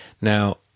Now